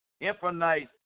infinite